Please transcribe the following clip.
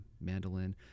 mandolin